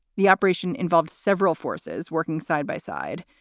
the operation involved several forces working side by side.